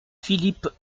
philippe